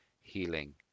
healing